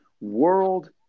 world